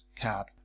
cab